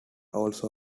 also